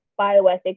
bioethics